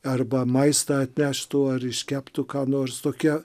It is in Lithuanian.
arba maistą atneštų ar iškeptų ką nors tokia